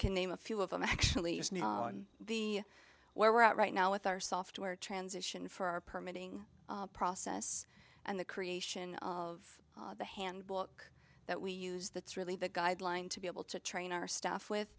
can name a few of them actually the where we're at right now with our software transition for permitting process and the creation of the handbook that we use that's really the guideline to be able to train our staff with